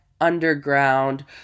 underground